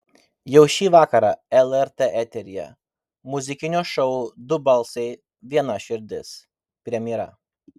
jau šį vakarą lrt eteryje muzikinio šou du balsai viena širdis premjera